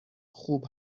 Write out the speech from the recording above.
خوب